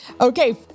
Okay